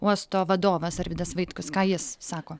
uosto vadovas arvydas vaitkus ką jis sako